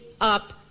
up